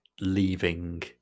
leaving